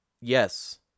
yes